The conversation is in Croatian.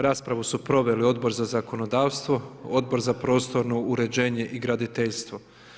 Raspravu su proveli Odbor za zakonodavstvo, Odbor za prostorno uređenje i graditeljstvo.